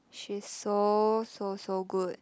she's so so so good